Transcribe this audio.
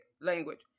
language